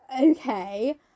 okay